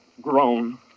grown